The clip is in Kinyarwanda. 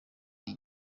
iyi